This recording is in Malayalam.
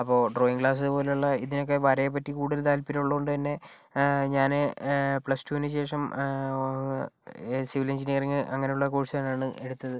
അപ്പോൾ ഡ്രോയിങ് ക്ലാസ് പോലുള്ള ഇതിനൊക്കെ വരയെ പറ്റി കൂടുതൽ താല്പര്യം ഉള്ളത് കൊണ്ട് തന്നെ ഞാന് പ്ലസ് ടു വിന് ശേഷം സിവിൽ എഞ്ചിനീയറിംഗ് അങ്ങനെ ഉള്ള കോഴ്സുകളാണ് എടുത്തത്